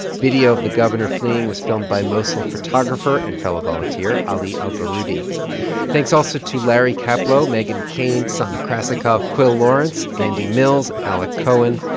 video of the governor fleeing was filmed by mosul photographer and fellow volunteer ali al-baroodi thanks also to larry kaplow, meghan keane, sana krasikov, quil lawrence, andy mills, alec cowan,